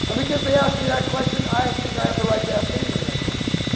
because they asked me that question, i think i have the right to ask anybody that question.